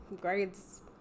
grades